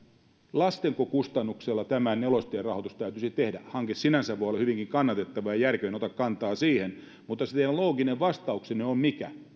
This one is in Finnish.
lastenko kustannuksella tämä nelostien rahoitus täytyisi tehdä hanke sinänsä voi olla hyvinkin kannatettava ja järkevä en ota kantaa siihen mutta mikä on teidän looginen vastauksenne